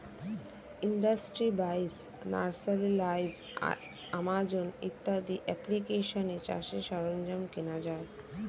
industry বাইশ, nursery live, Amazon ইত্যাদি অ্যাপ্লিকেশানে চাষের সরঞ্জাম কেনা যায়